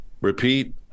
repeat